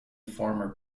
former